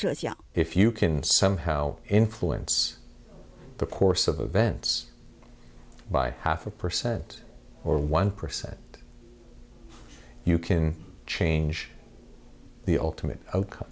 young if you can somehow influence the course of events by half a percent or one percent you can change the ultimate outcome